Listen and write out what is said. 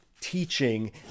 teaching